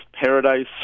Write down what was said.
Paradise